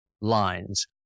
lines